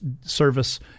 service